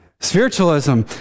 Spiritualism